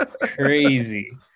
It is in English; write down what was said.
crazy